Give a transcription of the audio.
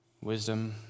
wisdom